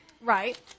Right